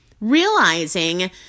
Realizing